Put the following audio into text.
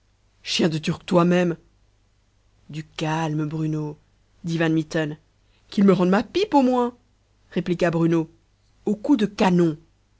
chien de turc toi-même du calme bruno dit van mitten qu'il me rende ma pipe au moins répliqua bruno au coup de canon